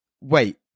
wait